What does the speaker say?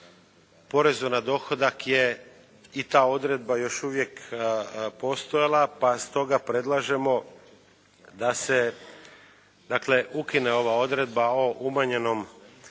porezu na dohodak je, i ta odredba još uvijek postojala, pa stoga predlažemo da se dakle ukine ova odredba o umanjenom iznosu